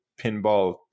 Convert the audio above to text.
pinball